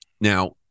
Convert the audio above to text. Now